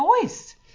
voice